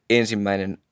ensimmäinen